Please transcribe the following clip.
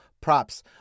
props